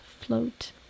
float